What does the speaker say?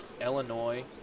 illinois